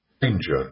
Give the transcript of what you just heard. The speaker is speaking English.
Danger